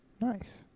Nice